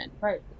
Right